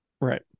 Right